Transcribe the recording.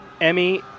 Emmy